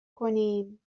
کنیم